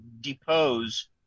depose